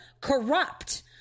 corrupt